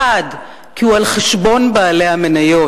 1. כי הוא על חשבון בעלי המניות.